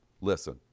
listen